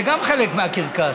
זה גם חלק מהקרקס.